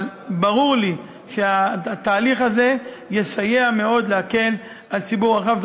אבל ברור לי שהתהליך הזה יסייע מאוד להקל על ציבור רחב.